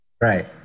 Right